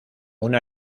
una